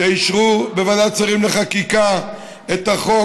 שאישרו את החוק בוועדת שרים לחקיקה את החוק,